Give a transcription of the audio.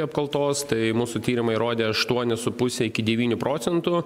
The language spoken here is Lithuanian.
apkaltos tai mūsų tyrimai rodė aštuonis su puse iki devynių procentų